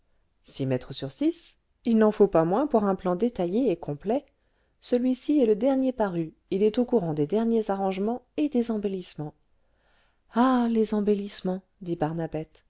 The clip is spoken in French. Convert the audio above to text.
six mètres sur six h n'en faut pas moins pour un plan détaillé et complet celui-ci est le dernier paru il est au courant des derniers arrangements et des embellissements ah les embellissements dit